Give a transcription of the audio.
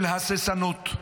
של הססנות.